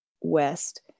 West